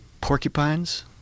Porcupines